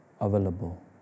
available